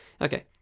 okay